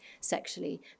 sexually